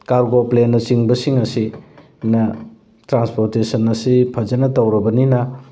cargo ꯄ꯭ꯂꯦꯟꯅ ꯆꯤꯡꯕꯁꯤꯡ ꯑꯁꯤꯅ ꯇ꯭ꯔꯥꯟꯁꯄꯣꯔꯇꯦꯁꯟ ꯑꯁꯤ ꯐꯖꯅ ꯇꯧꯔꯕꯅꯤꯅ